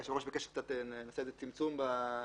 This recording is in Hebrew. היושב-ראש ביקש שנעשה צמצום בסעיפים.